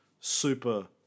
super